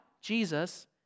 Jesus